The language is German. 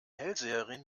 hellseherin